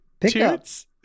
pickups